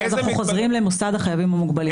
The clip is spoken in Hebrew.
כי אז אנחנו חוזרים למוסד החייבים המוגבלים.